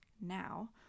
Now